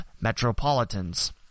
Metropolitans